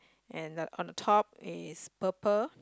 and the on the top is purple